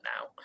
now